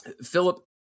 Philip